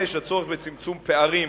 5. הצורך בצמצום פערים